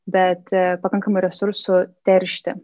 bet pakankamų resursų teršti